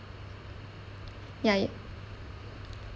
ya